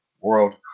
World